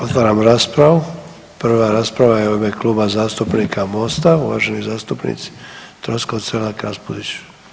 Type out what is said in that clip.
Otvaram raspravu, prva rasprava je u ime Kluba zastupnika MOST-a, uvaženi zastupnici Troskot, Selak Raspudić.